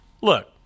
Look